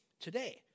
today